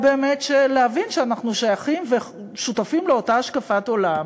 באמת להבין שאנחנו שייכים ושותפים לאותה השקפת עולם.